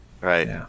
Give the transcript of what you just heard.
Right